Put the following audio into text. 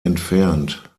entfernt